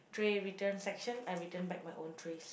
tray return session I return back my own trays